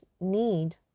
need